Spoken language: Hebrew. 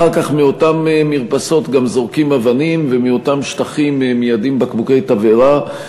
אחר כך מאותן מרפסות גם זורקים אבנים ומאותם שטחים מיידים בקבוקי תבערה,